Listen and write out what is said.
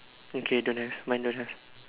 okay don't have mine don't have